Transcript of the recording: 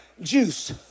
juice